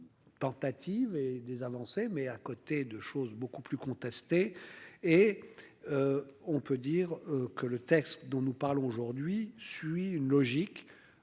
Tentatives et des avancées mais à côté de choses beaucoup plus contestée et. On peut dire que le texte dont nous parlons aujourd'hui, suit une logique